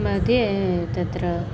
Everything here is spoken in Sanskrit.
मध्ये तत्र